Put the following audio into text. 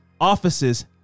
offices